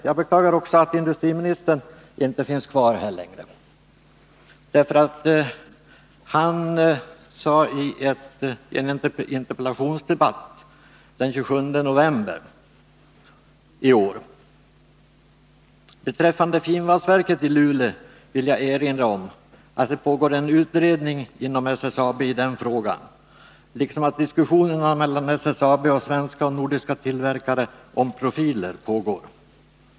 Jag beklagar också att industriministern inte finns kvar här i kammaren längre, därför att han sade i en interpellationsdebatt den 27 november i år: ”Beträffande finvalsverket i Luleå vill jag erinra om att det pågår en utredning inom SSAB i den frågan, liksom att diskussionerna mellan SSAB och svenska och nordiska tillverkare om profiler pågår.